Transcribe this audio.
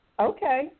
Okay